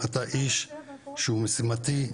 אתה איש שהוא משימתי,